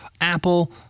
Apple